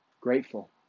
grateful